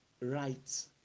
right